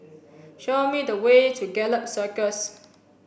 show me the way to Gallop Circus